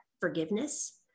forgiveness